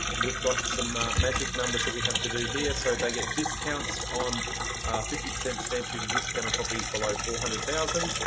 we've got some magic numbers that we have to do here so they get discounts on fifty percent stamp duty, discount properties below four hundred thousand.